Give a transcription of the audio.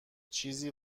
چیزی